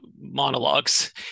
monologues